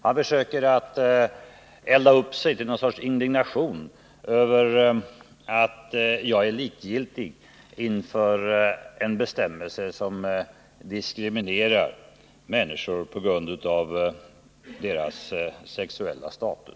Han försöker elda upp sig till någon sorts indignation över att jag är ”likgiltig” inför en bestämmelse som diskriminerar människor på grund av deras sexuella läggning.